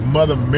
Mother